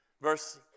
Verse